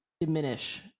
diminish